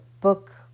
book